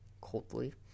coldly